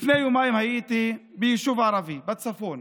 לפני יומיים הייתי ביישוב ערבי בצפון.